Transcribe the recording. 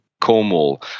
cornwall